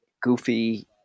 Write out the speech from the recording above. Goofy